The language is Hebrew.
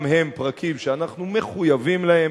גם הם פרקים שאנחנו מחויבים להם,